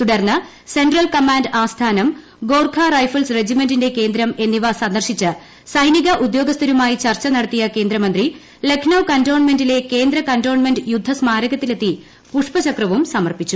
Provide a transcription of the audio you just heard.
തുടർന്ന് central command ആസ്ഥാനം Gorkha rifles റെജിമെന്റിന്റെ കേന്ദ്രം എന്നിവ സന്ദർശിച്ച് സൈനിക ഉദ്യോഗസ്ഥരുമായി ചർച്ച നടത്തിയ കേന്ദ്രമന്ത്രി ലക്നൌ കന്റോൺമെന്റിലെ കേന്ദ്ര കന്റോൺമെന്റ് യുദ്ധസ്മാരകത്തിലെ ത്തി പുഷ്പചക്രവും സമർപ്പിച്ചു